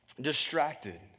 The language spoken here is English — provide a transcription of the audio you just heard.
distracted